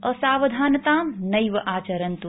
असावधानतां नैव आचरन्तु